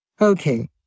Okay